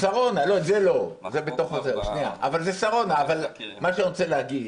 אבל מה שאני רוצה להגיד,